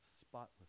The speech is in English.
spotless